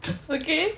okay